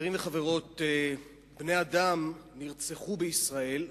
חברים וחברות, בני-אדם נרצחו בישראל,